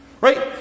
Right